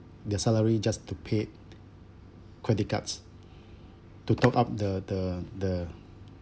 their salary just to pay credit cards to top up the the the